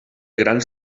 grans